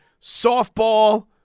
softball